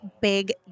big